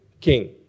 king